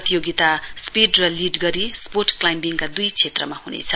प्रतियोगिता स्पीड र लीड गरी स्पोर्ट क्लाइम्बिङ का दुई क्षेत्रमा हुनेछ